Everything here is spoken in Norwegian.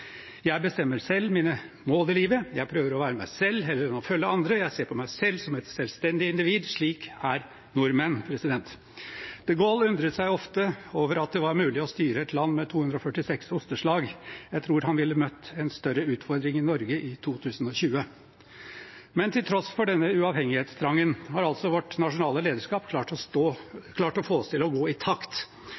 bestemmer selv mine mål i livet, jeg prøver å være meg selv heller enn å følge andre, jeg ser på meg selv som et selvstendig individ.» Slik er nordmenn. de Gaulle undret seg ofte over at det var mulig å styre et land med 246 osteslag. Jeg tror han ville møtt en større utfordring i Norge i 2020. Men til tross for denne uavhengighetstrangen har altså vårt nasjonale lederskap klart å få oss til å gå i takt.